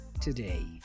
today